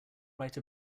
write